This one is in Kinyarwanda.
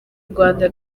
rwanda